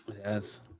yes